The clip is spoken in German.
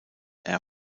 air